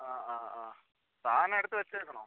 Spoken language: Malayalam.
ആ ആ ആ സാധനമെടുത്ത് വെച്ചേക്കണൊ